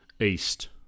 east